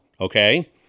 okay